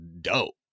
dope